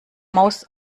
maus